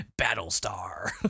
Battlestar